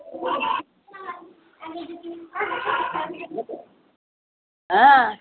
হ্যাঁ